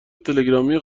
تلگرامی